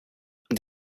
det